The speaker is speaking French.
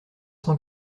cent